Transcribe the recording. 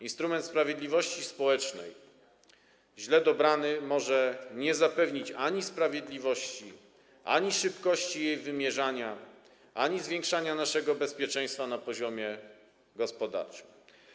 Instrument sprawiedliwości społecznej źle dobrany może nie zapewnić ani sprawiedliwości, ani szybkości jej wymierzania, ani zwiększania naszego bezpieczeństwa na poziomie gospodarczym.